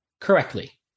correctly